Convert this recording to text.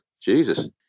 Jesus